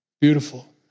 Beautiful